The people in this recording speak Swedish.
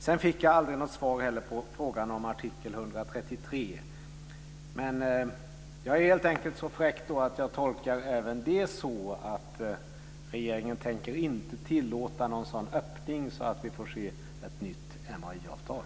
Sedan fick jag heller aldrig något svar på frågan om artikel 133. Jag är helt enkelt så fräck att jag tolkar det så att regeringen inte tänker tillåta en sådan öppning att vi får se ett nytt MAI-avtal.